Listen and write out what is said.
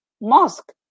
mosque